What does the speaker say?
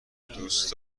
دوست